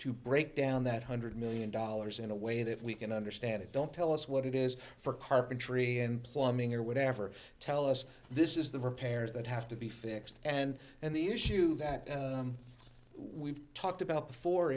to break down that hundred million dollars in a way that we can understand it don't tell us what it is for carpentry in plumbing or whatever tell us this is the repairs that have to be fixed and and the issue that we've talked about before